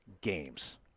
games